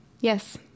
Yes